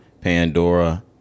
Pandora